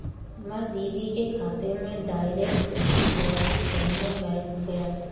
मैं दीदी के खाते में डायरेक्ट डिपॉजिट करने बैंक गया था